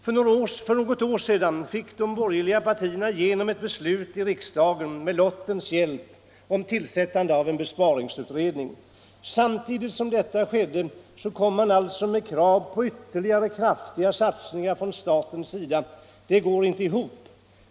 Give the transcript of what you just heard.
För något år sedan fick de borgerliga partierna med lottens hjälp igenom ett beslut i riksdagen om tillsättande av en besparingsutredning. Samtidigt som detta skedde kom man med krav på ytterligare kraftiga satsningar av staten. Det går inte ihop.